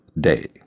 day